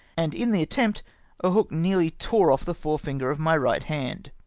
and in the attempt a hook nearly tore off the fore-finger of my right hand.